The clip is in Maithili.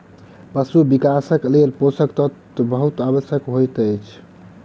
पशुक विकासक लेल पोषक तत्व बहुत आवश्यक होइत अछि